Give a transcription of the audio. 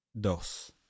Dos